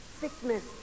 sickness